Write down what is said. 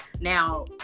Now